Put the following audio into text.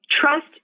trust